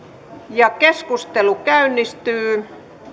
keskustelu käynnistyy